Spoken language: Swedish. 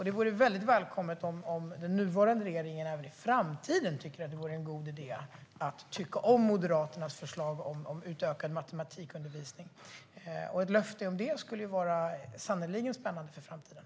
Det vore väldigt välkommet om den nuvarande regeringen även i framtiden tycker att det vore en god idé att tycka om Moderaternas förslag om utökad matematikundervisning. Ett löfte om det skulle sannerligen vara spännande för framtiden.